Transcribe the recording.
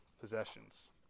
possessions